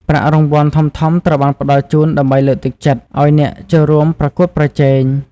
ប្រាក់រង្វាន់ ធំៗត្រូវបានផ្តល់ជូនដើម្បីលើកទឹកចិត្តឱ្យអ្នកចូលរួមប្រកួតប្រជែង។